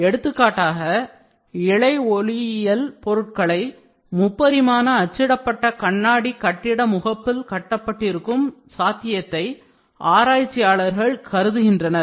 எடுத்துக்காட்டாக இழை ஒளியியல் fiber optics பொருட்களை முப்பரிமாண அச்சிடப்பட்ட கண்ணாடி கட்டிட முகப்பில் கட்டப்பட்டிருக்கும் சாத்தியத்தை ஆராய்ச்சியாளர்கள் கருதுகின்றனர்